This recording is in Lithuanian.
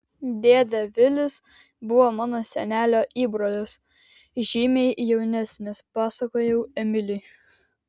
dėdė vilis buvo mano senelio įbrolis žymiai jaunesnis pasakojau emiliui